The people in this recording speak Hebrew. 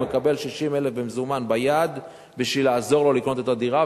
הוא מקבל 60,000 במזומן ביד בשביל לעזור לו לקנות את הדירה,